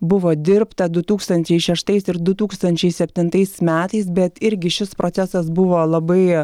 buvo dirbta du tūkstančiai šeštais ir du tūkstančiai septintais metais bet irgi šis procesas buvo labai